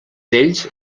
ells